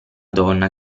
donna